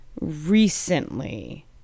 recently